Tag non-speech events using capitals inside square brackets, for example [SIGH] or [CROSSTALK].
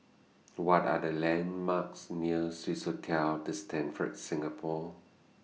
[NOISE] What Are The landmarks near Swissotel The Stamford Singapore